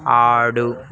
ఆడు